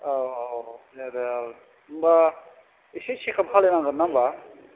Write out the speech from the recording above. औ औ औ औ दे दे औ होनबा इसे चेकाप खालामनांगोन ना होनबा